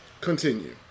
Continue